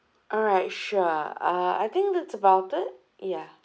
alright sure uh I think that's about it yeah